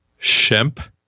Shemp